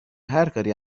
هرکاری